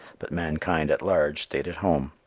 but mankind at large stayed at home.